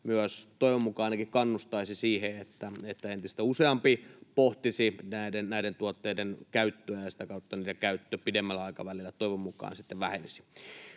toivon mukaan ainakin kannustaisi siihen, että entistä useampi pohtisi näiden tuotteiden käyttöä, ja sitä kautta niiden käyttö pidemmällä aikavälillä toivon mukaan vähenisi.